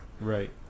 Right